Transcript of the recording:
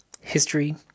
History